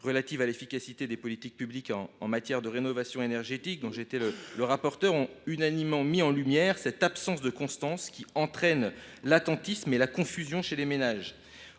sénatoriale sur l’efficacité des politiques publiques en matière de rénovation énergétique, dont j’étais le rapporteur, ont unanimement mis en lumière cette absence de constance, qui est source d’attentisme et de confusion dans les ménages.